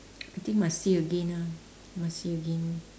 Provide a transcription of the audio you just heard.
I think must see again ah must see again